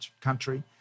country